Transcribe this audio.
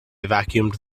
vacuumed